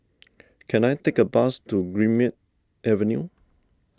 can I take a bus to Greenmead Avenue